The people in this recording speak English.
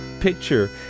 picture